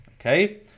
okay